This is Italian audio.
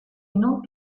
non